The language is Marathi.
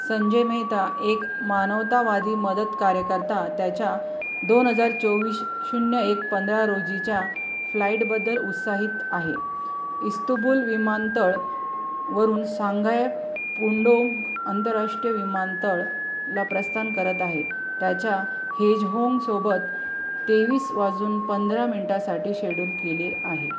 संजय मेहता एक मानवतावादी मदत कार्यकर्ता त्याच्या दोन हजार चोवीस शून्य एक पंधरा रोजीच्या फ्लाईटबद्दल उत्साहित आहे इस्तुबुल विमानतळ वरून सांगाय पुंडोंग आंतरराष्ट्रीय विमानतळला प्रस्थान करत आहे त्याच्या हेजहोंगसोबत तेवीस वाजून पंधरा मिनटासाठी शेड्यूल केले आहे